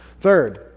Third